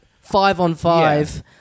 five-on-five